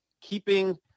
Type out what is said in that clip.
keeping